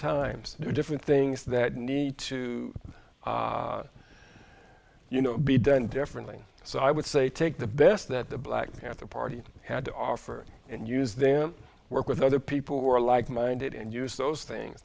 times different things that need to you know be done differently so i would say take the best that the black panther party had to offer and use them work with other people who are like minded and use those things